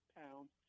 pounds